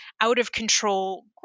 out-of-control